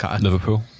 Liverpool